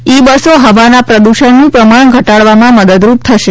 ઇ બસો હવાના પ્રદૂષણનું પ્રમાણ ઘટાડવામાં મદદરૂપ થશે